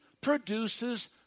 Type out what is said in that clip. produces